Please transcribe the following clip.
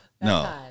No